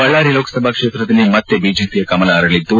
ಬಳ್ಳಾರಿ ಲೋಕಸಭಾ ಕ್ಷೇತ್ರದಲ್ಲಿ ಮತ್ತೆ ಬಿಜೆಪಿಯ ಕಮಲ ಅರಳದ್ದು